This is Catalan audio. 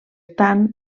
tant